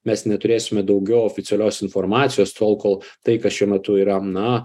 mes neturėsime daugiau oficialios informacijos tol kol tai kas šiuo metu yra na